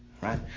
Right